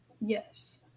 Yes